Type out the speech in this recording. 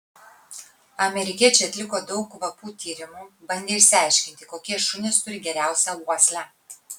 amerikiečiai atliko daug kvapų tyrimų bandė išsiaiškinti kokie šunys turi geriausią uoslę